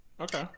Okay